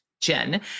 Jen